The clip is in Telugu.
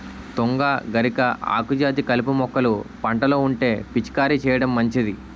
తుంగ, గరిక, ఆకుజాతి కలుపు మొక్కలు పంటలో ఉంటే పిచికారీ చేయడం మంచిది